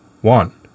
One